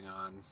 on